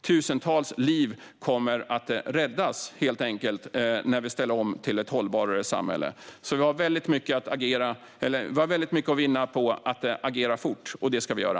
Tusentals liv kommer att räddas när vi ställer om till ett mer hållbart samhälle, så vi har mycket att vinna på att agera fort - och det ska vi göra.